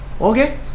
Okay